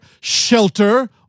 shelter